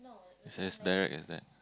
is as direct as that